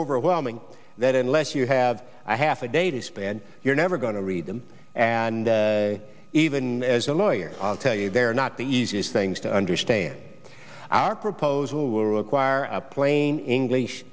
overwhelming that unless you have a half a day to spend you're never going to read them and even as a lawyer i'll tell you they're not the easiest things to understand our proposal will require a plain english